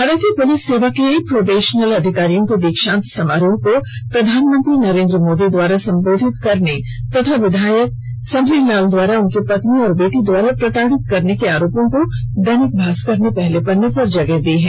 भारतीय पुलिस सेवा के प्रोबेशनल अधिकारियों के दीक्षांत समारोह को प्रधानमंत्री नरेंद्र मोदी द्वारा संबोधित करने तथा विधायक समरी लाल पर उनकी पत्नी और बेटी द्वारा प्रताड़ित करने के आरोपों को दैनिक भास्कर ने पहले पन्ने पर जगह दी है